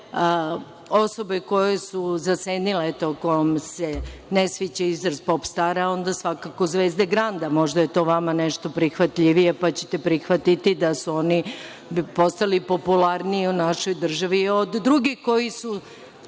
osobe koje su zasenile, eto, ako vam se ne sviđa izraz „pop star“, onda svakako zvezde Granda, možda je to vama nešto prihvatljivije pa ćete prihvatiti da su oni postali popularniji u našoj državi i od drugih koji se